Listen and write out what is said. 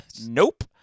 Nope